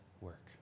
work